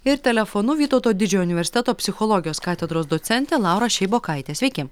ir telefonu vytauto didžiojo universiteto psichologijos katedros docentė laura šeibokaitė sveiki